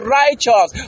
righteous